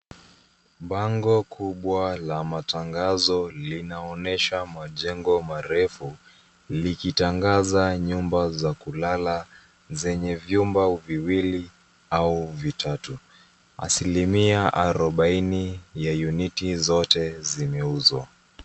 Bango kubwa la matangazo linaonyesha majengo marefu likitangaza nyumba za kulala zenye vyumba viwili au vitatu. Asilimia arobaini za units zote zimeuzwa.